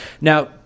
now